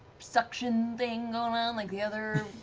suction thing going on like the other